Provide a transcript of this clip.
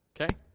Okay